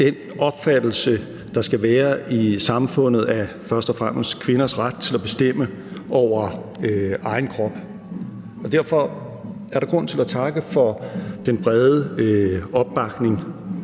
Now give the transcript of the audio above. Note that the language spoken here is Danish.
den opfattelse, der skal være i samfundet af først og fremmest kvinders ret til at bestemme over egen krop. Derfor er der grund til at takke for den brede opbakning.